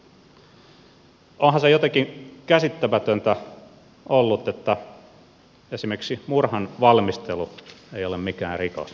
onhan se jotenkin käsittämätöntä ollut että esimerkiksi murhan valmistelu ei ole mikään rikos